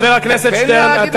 חבר הכנסת שטרן,